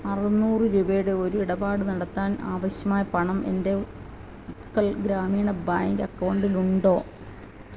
അറുന്നൂറ് രൂപയുടെ ഒരു ഇടപാട് നടത്താൻ ആവശ്യമായ പണം എൻ്റെ ഉത്കൽ ഗ്രാമീണ ബാങ്ക് അക്കൗണ്ടിൽ ഉണ്ടോ